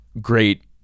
great